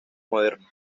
modernos